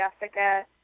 Jessica